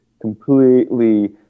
completely